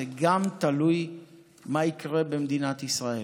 זה גם תלוי במה שיקרה במדינת ישראל,